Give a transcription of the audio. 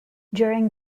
during